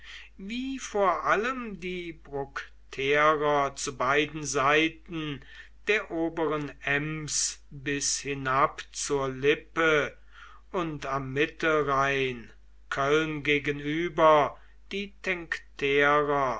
wie vor allem die bructerer zu beiden seiten der oberen ems bis hinab zur lippe und am mittelrhein köln gegenüber die tencterer